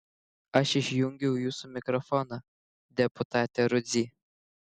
aš išjungiau jūsų mikrofoną deputate rudzy